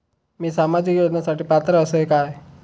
मी सामाजिक योजनांसाठी पात्र असय काय?